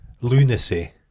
Lunacy